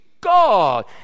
God